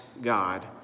God